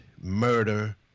murder